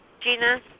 Gina